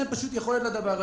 פשוט אין להם יכולת לדבר הזה.